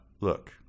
look